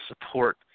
support